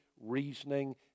reasoning